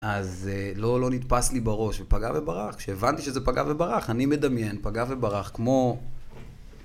אז לא, לא נתפס לי בראש, פגע וברח, כשהבנתי שזה פגע וברח, אני מדמיין, פגע וברח, כמו...